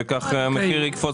וכך המחיר יקפוץ,